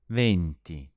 venti